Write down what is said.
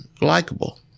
likable